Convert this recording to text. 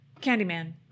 Candyman